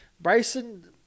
Bryson